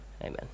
Amen